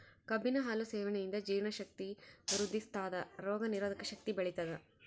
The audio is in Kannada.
ಕಬ್ಬಿನ ಹಾಲು ಸೇವನೆಯಿಂದ ಜೀರ್ಣ ಶಕ್ತಿ ವೃದ್ಧಿಸ್ಥಾದ ರೋಗ ನಿರೋಧಕ ಶಕ್ತಿ ಬೆಳಿತದ